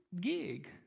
gig